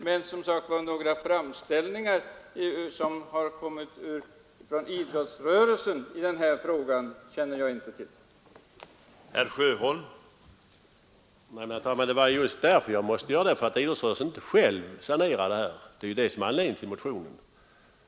Men några framställningar från idrottsrörelsens sida i den här frågan känner jag som sagt inte till.